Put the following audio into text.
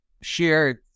shared